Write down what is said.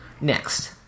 Next